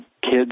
kids